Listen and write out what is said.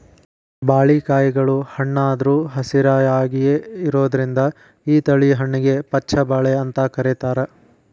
ಬಾಳಿಕಾಯಿಗಳು ಹಣ್ಣಾದ್ರು ಹಸಿರಾಯಾಗಿಯೇ ಇರೋದ್ರಿಂದ ಈ ತಳಿ ಹಣ್ಣಿಗೆ ಪಚ್ಛ ಬಾಳೆ ಅಂತ ಕರೇತಾರ